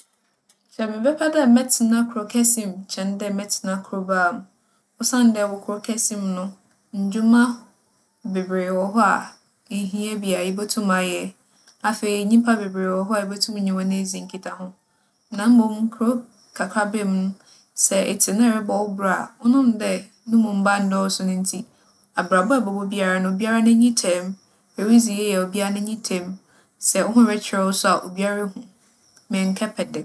Nkyɛ mɛpɛ dɛ mɛyew me saafee kyɛn dɛ mɛyew m'ahomatromfo a medze bͻ bra. Osiandɛ, sɛ me saafee no, ͻyew a, wobotum ebu m'abow n'enyi. Na mbom, m'ahomatromfo anaa mo foon ͻyew a, ndzɛmba a ͻwͻ do a mehia wͻ masetsena mu no, minnya. Bi a nsɛm a ohia fa mo ho no, na afofor ho no, nnyɛ adze a mͻkͻ akenya, na m'abrabͻ aba ewiei.